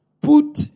put